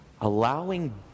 allowing